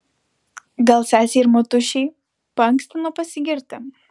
gal sesei ir motušei paankstino pasigirti